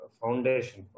foundation